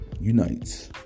unites